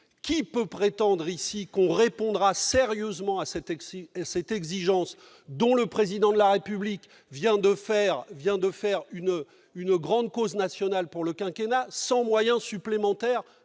Qui peut prétendre ici que l'on répondra sérieusement à cette exigence, dont le Président de la République vient de faire une grande cause nationale de son quinquennat, sans moyens supplémentaires